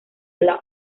love